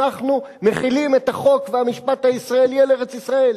אנחנו מחילים את החוק והמשפט הישראלי על ארץ-ישראל,